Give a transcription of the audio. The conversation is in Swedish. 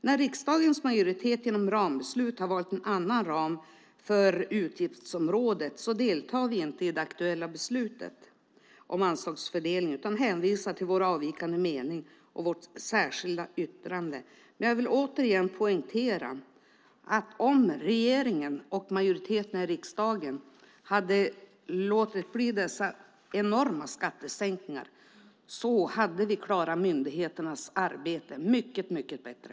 När riksdagens majoritet genom rambeslut har valt en annan ram för utgiftsområdet deltar vi inte i det aktuella beslutet om anslagsfördelning utan hänvisar till vår avvikande mening och vårt särskilda yttrande. Men jag vill återigen poängtera att om regeringen och majoriteten i riksdagen hade låtit bli dessa enorma skattesänkningar hade vi klarat myndigheternas arbete mycket bättre.